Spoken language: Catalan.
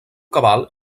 cabal